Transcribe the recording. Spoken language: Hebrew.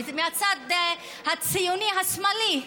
מהצד הציוני השמאלי,